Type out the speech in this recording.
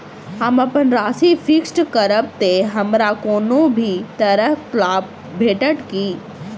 हम अप्पन राशि फिक्स्ड करब तऽ हमरा कोनो भी तरहक लाभ भेटत की?